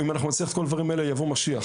אם נעשה את כל הדברים האלה יבוא משיח.